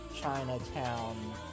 Chinatown